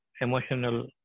emotional